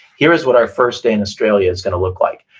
here is what our first day in australia's going to look like.